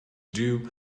due